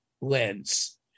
lens